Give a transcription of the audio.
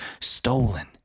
stolen